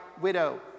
widow